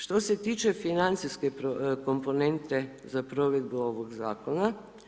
Što se tiče financijske komponente za provedbu ovog zakona.